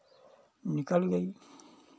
निकल गयी